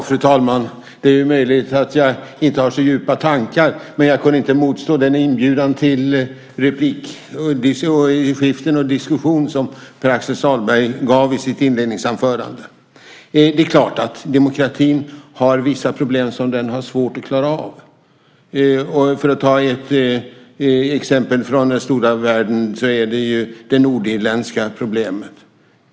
Fru talman! Det är möjligt att jag inte har så djupa tankar, men jag kunde inte motstå den inbjudan till replikskiften och diskussion som Pär Axel Sahlberg gav i sitt inledningsanförande. Det är klart att demokratin har vissa problem som den har svårt att klara av. Ett exempel från stora världen är ju det nordirländska problemet.